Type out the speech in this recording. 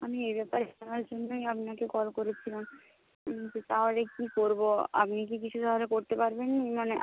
আমি এই ব্যাপারে জানার জন্যই আপনাকে কল করেছিলাম তাহলে কি করবো আপনি কি কিছু তাহলে করতে পারবেননি মানে আ